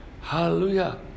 hallelujah